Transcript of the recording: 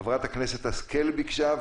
חברת הכנסת השכל ביקשה,